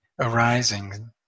arising